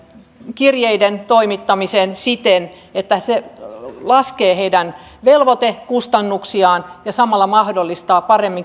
kirjeiden toimittamisen siten että se laskee heidän velvoitekustannuksiaan ja samalla mahdollistaa paremmin